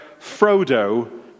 Frodo